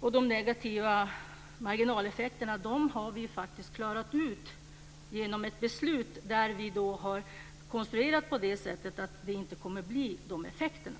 och de negativa marginaleffekterna har vi ju faktiskt klarat ut detta genom ett beslut som vi har konstruerat så att vi inte får dessa effekter.